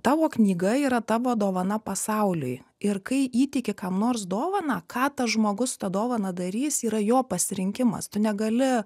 tavo knyga yra tavo dovana pasauliui ir kai įteiki kam nors dovaną ką tas žmogus su ta dovana darys yra jo pasirinkimas tu negali